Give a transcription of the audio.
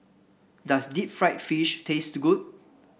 does Deep Fried Fish taste good